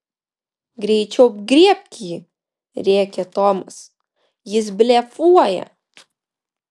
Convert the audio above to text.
greičiau griebk jį rėkė tomas jis blefuoja